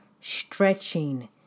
stretching